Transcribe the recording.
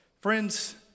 Friends